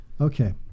Okay